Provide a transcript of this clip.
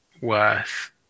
worth